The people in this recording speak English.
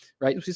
right